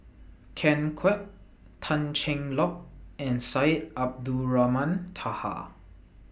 Ken Kwek Tan Cheng Lock and Syed Abdulrahman Taha